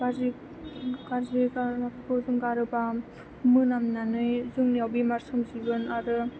गाज्रिखौ जों गारोबा मोनामनानै जोंनियाव बेमार सोमजिगोन आरो